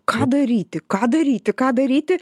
ką daryti ką daryti ką daryti